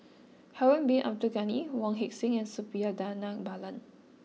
Harun Bin Abdul Ghani Wong Heck Sing and Suppiah Dhanabalan